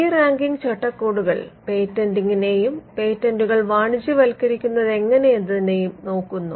ഈ റാങ്കിങ്ങ് ചട്ടക്കൂടുകൾ പേറ്റന്റിംഗിനെയും പേറ്റന്റുകൾ വാണിജ്യവത്ക്കരിക്കുന്നതെങ്ങനെയെന്നതിനെയും നോക്കുന്നു